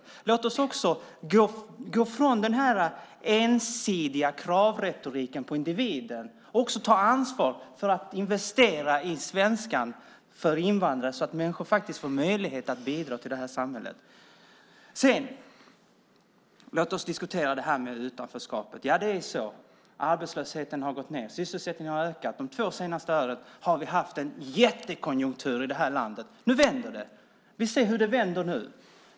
Låt oss också gå ifrån den ensidiga kravretoriken på individer och ta ansvar för att investera i svenska för invandrare så att människor får möjlighet att bidra i samhället. Låt oss diskutera utanförskapet. Arbetslösheten har gått ned. Sysselsättningen har ökat. De två senaste åren har vi haft en jättekonjunktur i det här landet. Nu vänder det. Vi ser hur det vänder nu.